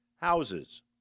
houses